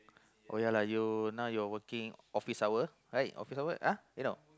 oh ya lah you now you're working office hour right office hour ah no